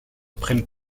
prennent